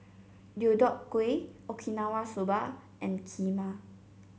Deodeok Gui Okinawa Soba and Kheema